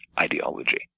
ideology